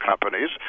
companies